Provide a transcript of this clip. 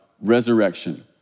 resurrection